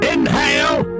Inhale